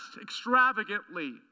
extravagantly